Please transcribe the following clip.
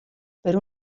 per